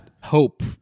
hope